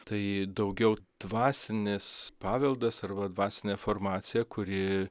tai daugiau dvasinis paveldas arba dvasinė formacija kuri